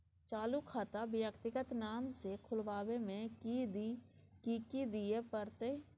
चालू खाता व्यक्तिगत नाम से खुलवाबै में कि की दिये परतै?